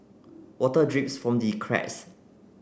water drips from the cracks